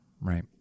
right